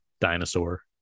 dinosaur